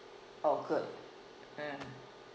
orh good mm